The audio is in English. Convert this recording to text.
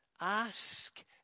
Ask